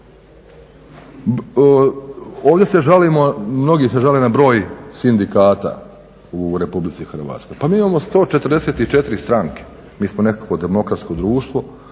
Ovdje se žalimo, mnogi se žale na broj sindikata u Republici Hrvatskoj. Pa mi imamo 144 stranke, mi smo nekakvo demokratsko društvo,